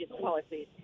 policies